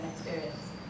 experience